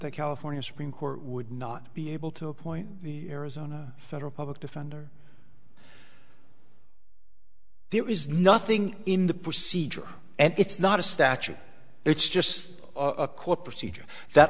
the california supreme court would not be able to appoint arizona federal public defender there is nothing in the procedure and it's not a statute it's just a court procedure that